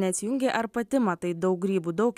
neatsijungei ar pati matai daug grybų daug